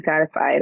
satisfied